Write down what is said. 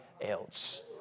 else